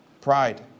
Pride